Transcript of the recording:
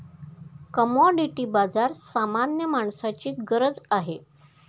commodity बाजार सामान्य माणसाची गरज आहे